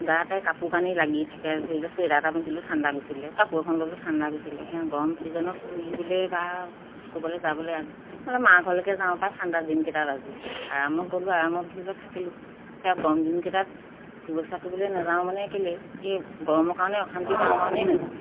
গাতে কাপোৰ কানি লাগি থাকে ধৰি লওঁ চোলা এটা পিন্ধিলোঁ ঠাণ্ডা গুচিলে কাপোৰ এখন ল'লো ঠাণ্ডা গুচিলে গৰম ছিজনত ফুৰিবলৈ বা ক'বলৈ যাবলৈ মা ঘৰলৈকে যাওঁ ঠাণ্ডা দিনকেইটাত আজি আৰামত গ'লোঁ আৰামত ধৰি লওক থাকিলোঁ তেওঁ গৰম দিনকেইটাত ফুৰিবলৈ থাকিবলৈ নাযাওঁ মানে কেলে এই গৰমৰ কাৰণে অশান্তি পাওঁ কাৰণেই নাযাওঁ